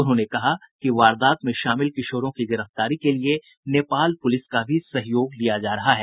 उन्होंने कहा कि वारदात में शामिल किशोरों की गिरफ्तारी के लिये नेपाल पुलिस का भी सहयोग लिया जा रहा है